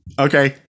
okay